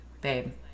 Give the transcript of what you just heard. babe